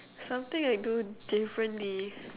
something I do differently